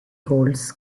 holds